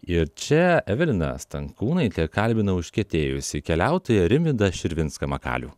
ir čia evelina stankūnaitė kalbina užkietėjusį keliautoją rimvydą širvinską makalių